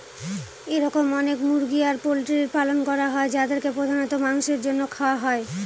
এরকম অনেক মুরগি আর পোল্ট্রির পালন করা হয় যাদেরকে প্রধানত মাংসের জন্য খাওয়া হয়